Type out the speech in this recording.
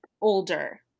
older